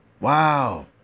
Wow